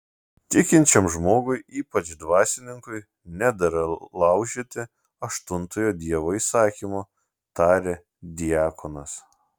tikinčiam žmogui ypač dvasininkui nedera laužyti aštuntojo dievo įsakymo tarė diakonas